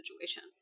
situation